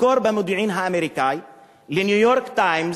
מקור במודיעין האמריקני אומר ל"ניו-יורק טיימס"